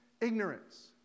ignorance